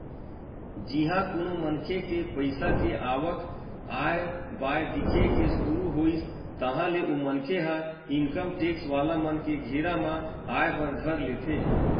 जिहाँ कोनो मनखे के पइसा के आवक आय बाय दिखे के सुरु होइस ताहले ओ मनखे ह इनकम टेक्स वाला मन के घेरा म आय बर धर लेथे